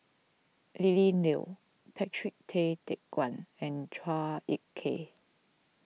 Lily Neo Patrick Tay Teck Guan and Chua Ek Kay